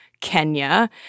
Kenya—